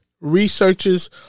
Researchers